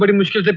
but mr.